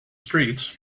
streets